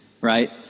right